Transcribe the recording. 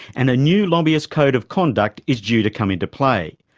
and a new lobbyist code of conduct is due to come into play.